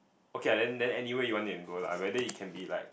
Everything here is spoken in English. okay lah then then anywhere you want you can go lah whether it can be like